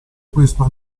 questo